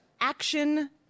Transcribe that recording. action